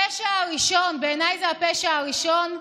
הפשע הראשון, בעיניי זהו הפשע הראשון,